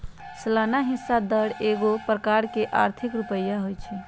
सलाना हिस्सा दर एगो प्रकार के आर्थिक रुपइया होइ छइ